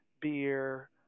beer